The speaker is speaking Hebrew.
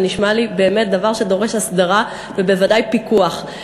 זה נשמע לי באמת דבר שדורש הסדרה, ובוודאי פיקוח.